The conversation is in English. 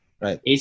Right